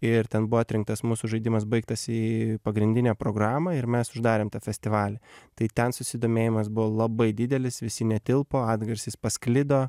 ir ten buvo atrinktas mūsų žaidimas baigtas į pagrindinę programą ir mes uždarėm tą festivalį tai ten susidomėjimas buvo labai didelis visi netilpo atgarsis pasklido